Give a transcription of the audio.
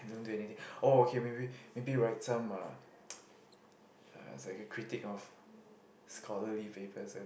<S<